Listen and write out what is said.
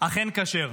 אכן כשר,